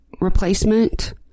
replacement